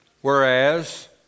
whereas